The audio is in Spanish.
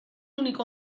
único